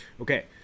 okay